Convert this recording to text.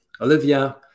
Olivia